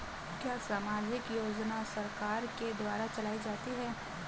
क्या सामाजिक योजना सरकार के द्वारा चलाई जाती है?